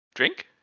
drink